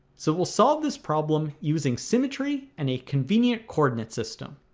so we'll solve this problem using symmetry and a convenient coordinate system